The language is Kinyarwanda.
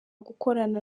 gukorana